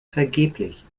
vergeblich